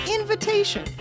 invitation